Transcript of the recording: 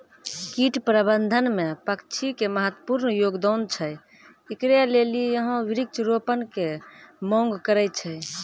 कीट प्रबंधन मे पक्षी के महत्वपूर्ण योगदान छैय, इकरे लेली यहाँ वृक्ष रोपण के मांग करेय छैय?